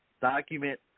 Document